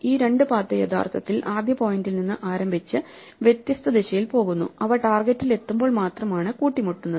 ഈ 2 പാത്ത് യഥാർത്ഥത്തിൽ ആദ്യ പോയിന്റിൽ നിന്ന് ആരംഭിച്ച് വ്യത്യസ്ത ദിശയിൽ പോകുന്നു അവ ടാർഗെറ്റിൽ എത്തുമ്പോൾ മാത്രമാണ് കൂട്ടിമുട്ടുന്നത്